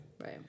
right